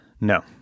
No